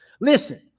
Listen